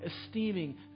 esteeming